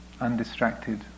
undistracted